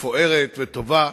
מפוארת וטובה,